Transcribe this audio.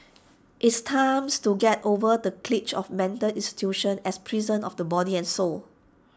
it's time to get over the cliche of mental institutions as prisons of the body and soul